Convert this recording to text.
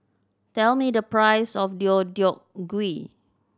tell me the price of Deodeok Gui